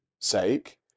sake